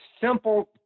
simple